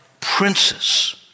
princes